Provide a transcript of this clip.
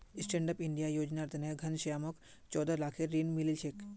stand up India योजनार तने घनश्यामक चौदह लाखेर ऋण मिलील छ